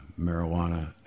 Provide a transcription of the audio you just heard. marijuana